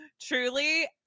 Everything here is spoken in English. Truly